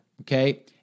okay